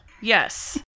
Yes